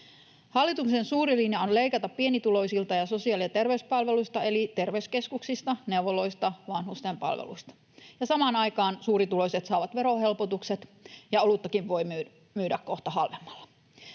Hallituksen suuri linja on leikata pienituloisilta ja sosiaali- ja terveyspalveluista eli terveyskeskuksista, neuvoloista, vanhusten palveluista, ja samaan aikaan suurituloiset saavat verohelpotukset ja oluttakin voi myydä kohta halvemmalla.